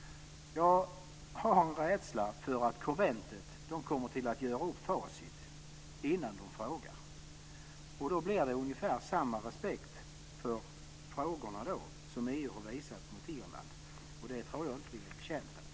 Jag har en rädsla för att konventet kommer att göra upp facit innan man frågar. Då blir det ungefär samma respekt för frågorna som EU har visat mot Irland. Det tror jag inte att vi är betjänta av.